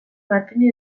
martini